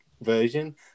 version